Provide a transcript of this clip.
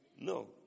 No